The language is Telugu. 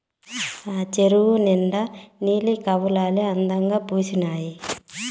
ఆ చెరువు నిండా నీలి కలవులే అందంగా పూసీనాయి